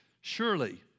Surely